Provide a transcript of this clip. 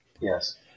Yes